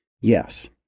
Yes